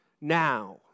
now